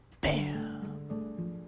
Bam